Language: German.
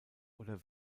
oder